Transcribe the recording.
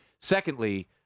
Secondly